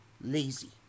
lazy